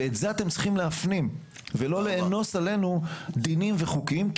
ואת זה אתם צריכים להפנים ולא לאנוס עלינו דינים וחוקים,